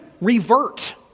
revert